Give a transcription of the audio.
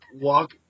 walk